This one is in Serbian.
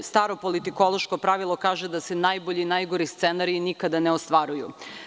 Staro politikološko pravilo kaže da se najbolji i najgori scenariji nikada ne ostvaruju.